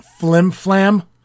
flimflam